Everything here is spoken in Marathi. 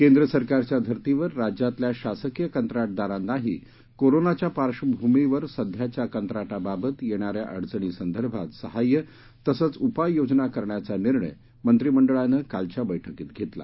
केंद्र सरकारच्या धर्तीवर राज्यातल्या शासकीय कंत्राटदारांनाही कोरोनाच्या पार्श्वभूमीवर सध्याच्या कंत्राटाबाबत येणाऱ्या अडचणींसंदर्भात सहाय्य तसंच उपाययोजना करण्याचा निर्णय मंत्रिमंडळानं कालच्या बैठकीत घेतला